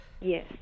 Yes